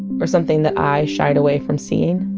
or something that i shied away from seeing?